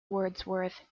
wordsworth